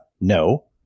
no